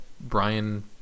Brian